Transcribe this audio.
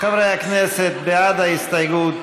חברי הכנסת, בעד ההסתייגות,